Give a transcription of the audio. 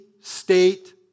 state